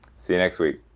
see you next week